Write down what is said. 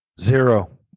Zero